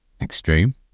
extreme